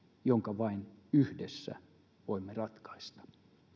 jonka vain yhdessä voimme ratkaista